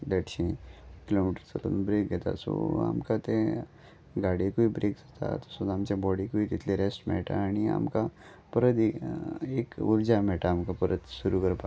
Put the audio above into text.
देडशें kilometre चलोवन break घेता सो आमकां ते गाडयेकूय ब्रेक जाता तसोच आमचे बॉडीकूय तितलें रॅस्ट मेळटा आनी आमकां परत एक एक उर्जा मेळटा आमकां परत सुरू करपाक